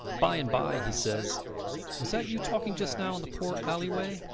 by-and-by he says was that you talking just now in the port alleyway?